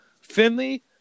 Finley